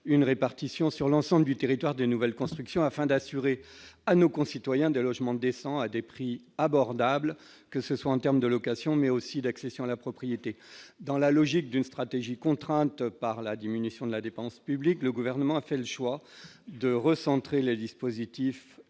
une répartition sur l'ensemble du territoire, de nouvelles constructions afin d'assurer à nos concitoyens de logement décent à des prix abordables, que ce soit en termes de location, mais aussi d'accession à la propriété dans la logique d'une stratégie contrainte par la diminution de la dépense publique, le gouvernement a fait le choix de recentrer le dispositif